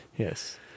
Yes